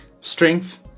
Strength